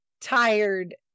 tired